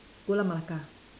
gula melaka